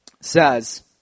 says